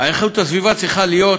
הסביבה צריכה להיות